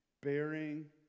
bearing